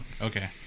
Okay